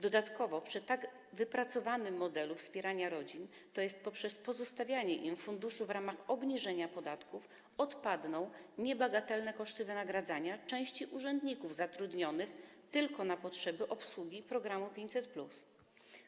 Dodatkowo przy tak wypracowanym modelu wspierania rodzin, tj. poprzez pozostawianie im funduszu w ramach obniżenia podatków, odpadną niebagatelne koszty wynagradzania części urzędników zatrudnionych tylko na potrzeby obsługi programu 500+.